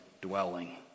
dwelling